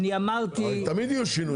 הרי תמיד יהיו שינויים.